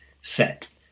set